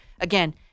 again